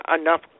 enough